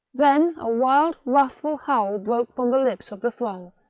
then a wild, wrathful howl broke from the lips of the throng,